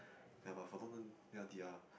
ya but for a long time L_D_R